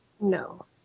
No